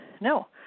No